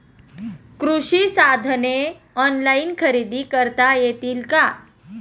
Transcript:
कृषी साधने ऑनलाइन खरेदी करता येतील का?